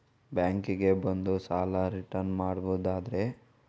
Bank ಗೆ ಬಂದು ಸಾಲ ರಿಟರ್ನ್ ಮಾಡುದಾದ್ರೆ ನಾವೇ ಬರ್ಬೇಕಾ ಅಥವಾ ಬೇರೆ ಯಾರನ್ನಾದ್ರೂ ಕಳಿಸಿದ್ರೆ ಆಗ್ತದಾ?